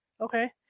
okay